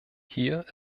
hier